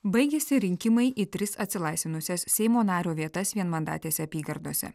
baigėsi rinkimai į tris atsilaisvinusias seimo nario vietas vienmandatėse apygardose